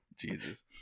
Jesus